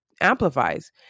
amplifies